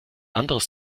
anders